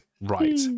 Right